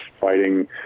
fighting